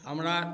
हमरा